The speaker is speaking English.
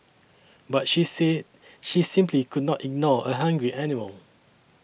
but she said she simply could not ignore a hungry animal